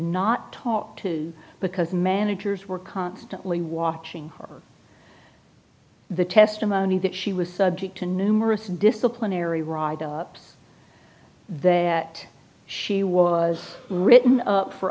not talk to because managers were constantly watching the testimony that she was subject to numerous disciplinary ride that she was written up for